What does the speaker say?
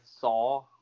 saw